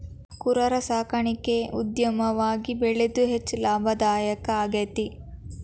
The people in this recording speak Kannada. ಕುರರ ಸಾಕಾಣಿಕೆ ಉದ್ಯಮವಾಗಿ ಬೆಳದು ಹೆಚ್ಚ ಲಾಭದಾಯಕಾ ಆಗೇತಿ